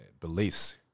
beliefs